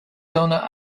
donna